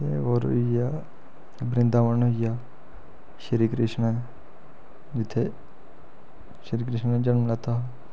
ते होर होई गेआ वृंदावन होई गेआ श्रीकृश्ण जित्थें श्रीकृश्ण ने जनम लैता